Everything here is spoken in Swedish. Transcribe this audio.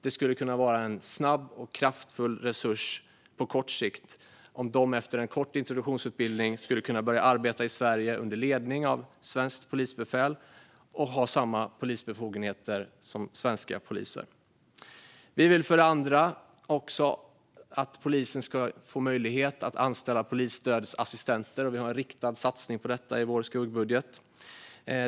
Det skulle kunna vara en snabb och kraftfull resurs på kort sikt om de efter en kort introduktionsutbildning skulle kunna börja arbeta i Sverige under ledning av svenskt polisbefäl och med samma polisbefogenheter som svenska poliser. Det andra är att vi vill att polisen ska få möjlighet att anställa polisstödsassistenter. Vi har en riktad satsning på detta i vår skuggbudget.